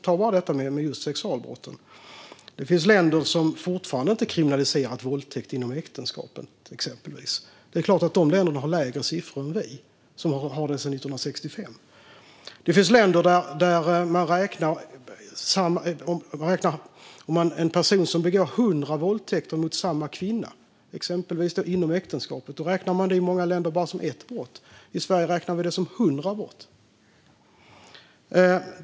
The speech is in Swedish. Ta bara detta med sexualbrotten; det finns länder som fortfarande inte har kriminaliserat våldtäkt inom äktenskapet. Det är klart att dessa länder har lägre siffror än Sverige, där det har varit kriminaliserat sedan 1965. Det finns många länder där man bara räknar det som ett enda brott om en person begår 100 våldtäkter mot samma kvinna, exempelvis inom äktenskapet. I Sverige räknar vi det som 100 brott.